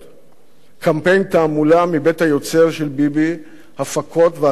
קמפיין תעמולה מבית היוצר של ביבי הפקות ואחיזת עיניים,